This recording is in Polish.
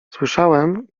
słyszałem